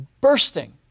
bursting